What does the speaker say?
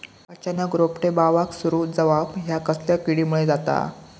अचानक रोपटे बावाक सुरू जवाप हया कसल्या किडीमुळे जाता?